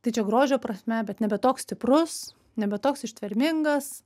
tai čia grožio prasme bet nebe toks stiprus nebe toks ištvermingas